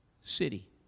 city